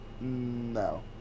No